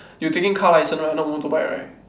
you taking car license right not motorbike right